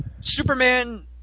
Superman